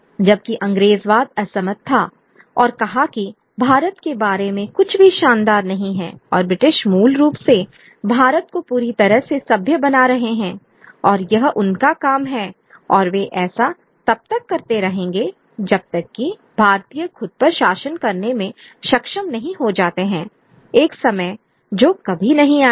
जबकि अंग्रेजवाद असहमत था और कहा कि भारत के बारे में कुछ भी शानदार नहीं है और ब्रिटिश मूल रूप से भारत को पूरी तरह से सभ्य बना रहे हैं और यह उनका काम है और वे ऐसा तब तक करते रहेंगे जब तक कि भारतीय खुद पर शासन करने में सक्षम नहीं हो जाते हैं एक समय जो कभी नहीं आएगा